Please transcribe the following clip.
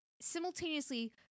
simultaneously